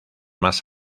más